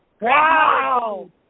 Wow